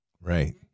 right